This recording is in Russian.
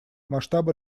масштабы